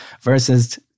versus